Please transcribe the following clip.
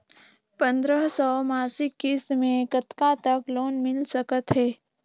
पंद्रह सौ मासिक किस्त मे कतका तक लोन मिल सकत हे?